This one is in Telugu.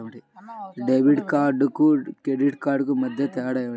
డెబిట్ కార్డుకు క్రెడిట్ కార్డుకు మధ్య తేడా ఏమిటీ?